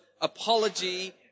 apology